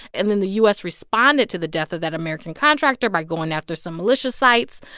and then the u s. responded to the death of that american contractor by going after some militia sites.